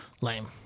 Lame